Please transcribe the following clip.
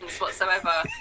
whatsoever